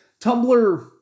Tumblr